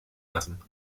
lassen